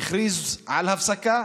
הוא הכריז על הפסקה